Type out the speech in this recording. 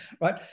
right